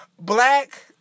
black